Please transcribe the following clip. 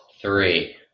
three